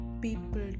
people